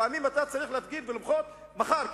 לפעמים אתה צריך להפגין ולמחות מחר,